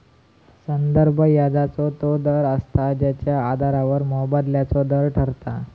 संदर्भ व्याजाचो तो दर असता जेच्या आधारावर मोबदल्याचो दर ठरता